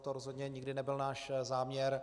To rozhodně nikdy nebyl náš záměr.